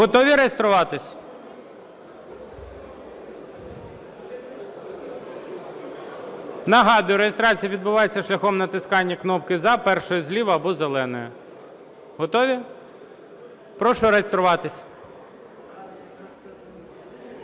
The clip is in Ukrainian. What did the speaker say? Готові реєструватись? Нагадую: реєстрація відбувається шляхом натискання кнопки "за", першої зліва або зеленої. Готові? Прошу реєструватись.